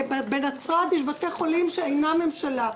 בנצרת יש בתי חולים שאינם ממשלתיים.